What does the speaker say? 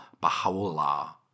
Baha'u'llah